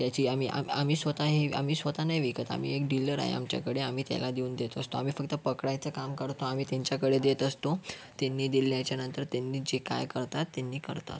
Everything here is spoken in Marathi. त्याची आम्ही आम्ही स्वतः हे आम्ही स्वतः नाही विकत आम्ही एक डीलर आहे आमच्याकडे आम्ही त्याला देऊन देत असतो आम्ही फक्त पकडायचं काम करतो आम्ही त्यांच्याकडे देत असतो त्यानी दिल्याच्या नंतर त्यानी जे काय करतात त्यानी करतात